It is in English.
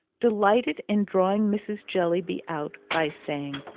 delighted in drawing mrs. jellyby out by saying,